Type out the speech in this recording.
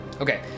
Okay